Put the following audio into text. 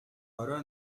орой